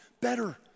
better